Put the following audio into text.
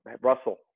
Russell